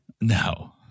No